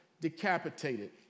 decapitated